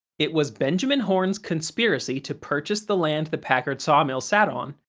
it was benjamin horne's conspiracy to purchase the land the packard sawmill sat on,